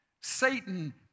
Satan